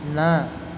ନା